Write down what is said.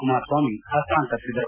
ಕುಮಾರಸ್ವಾಮಿ ಹಸ್ತಾಂತರಿಸಿದರು